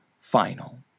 final